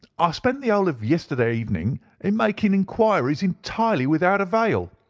ah ah spent the whole of yesterday evening in making enquiries entirely without avail.